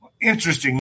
interesting